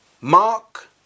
Mark